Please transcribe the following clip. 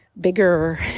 bigger